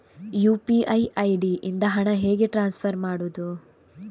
UPI ID ಇಂದ ಹಣ ಹೇಗೆ ಟ್ರಾನ್ಸ್ಫರ್ ಮಾಡುದು?